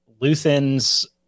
Luthen's